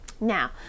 now